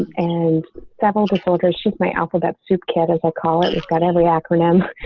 and several disorders. she's my alphabet soup cat, as i call it has got every acronym.